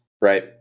right